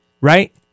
right